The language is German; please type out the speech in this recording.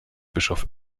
bischof